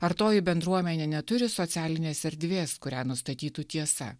ar toji bendruomenė neturi socialinės erdvės kurią nustatytų tiesa